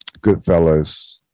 goodfellas